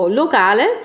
locale